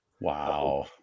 Wow